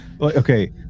okay